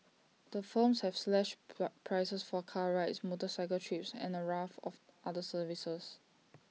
the firms have slashed prices for car rides motorcycle trips and A raft of other services